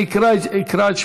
אני אקרא בשמותיהם.